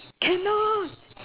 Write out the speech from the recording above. cannot